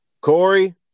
Corey